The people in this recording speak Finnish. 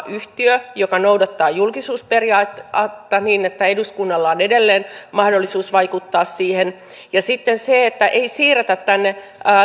yhtiö joka noudattaa julkisuusperiaatetta niin että eduskunnalla on edelleen mahdollisuus vaikuttaa siihen ja sitten se että ei siirretä tänne